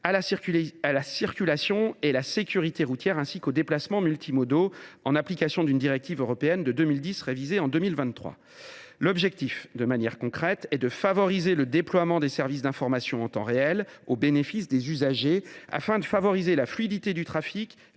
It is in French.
à la circulation et la sécurité routières, ainsi qu’aux déplacements multimodaux, en application d’une directive européenne de 2010, révisée en 2023. L’objectif est de favoriser, de manière concrète, le déploiement de services d’informations en temps réel, au bénéfice des usagers, pour renforcer la fluidité du trafic